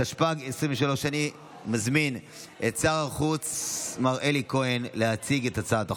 התשפ"ג 2023. אני מזמין את שר החוץ מר אלי כהן להציג את הצעת החוק,